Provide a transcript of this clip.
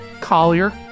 Collier